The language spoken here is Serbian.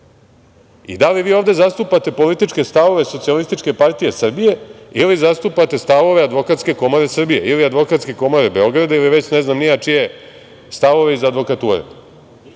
i da li vi ovde zastupate političke stavove SPS ili zastupate stavove Advokatske komore Srbije ili Advokatske komore Beograda ili već ne ne znam ni ja čije stavove iz advokature. Ja